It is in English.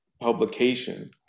publication